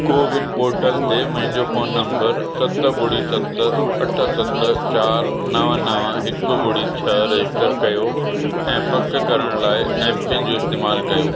CoWIN portal ते मुंहिंजो phone number सत ॿुड़ी सत अठ सत चार नव नव हिकु ॿुड़ी छह रजिस्टर कयो ऐं पक करण लइ एम पिन जो इस्तेमाल कयो